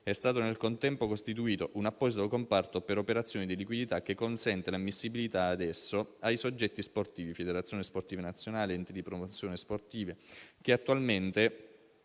È stato nel contempo costituito un apposito comparto per operazioni di liquidità che consente l'ammissibilità a esso ai soggetti sportivi (Federazioni sportive nazionali ed Enti di promozione sportiva), che attualmente